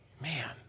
man